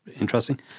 interesting